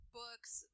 books